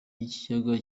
y’ikiyaga